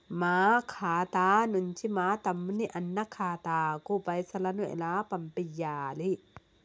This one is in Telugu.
మా ఖాతా నుంచి మా తమ్ముని, అన్న ఖాతాకు పైసలను ఎలా పంపియ్యాలి?